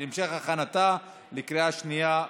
להמשך הכנתה לקריאה שנייה ושלישית.